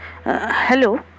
Hello